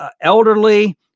elderly